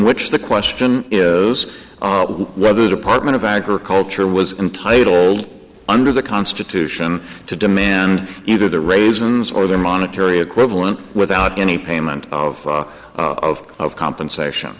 which the question is whether the department of agriculture was entitled under the constitution to demand either the raisins or their monetary equivalent without any payment of of of compensation